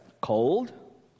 cold